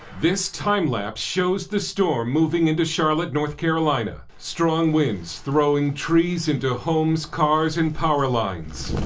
this time lapse shows the storm moving into charlotte, north carolina. strong winds throwing trees into homes, cars, and power lines.